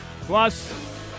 Plus